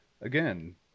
again